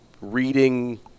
reading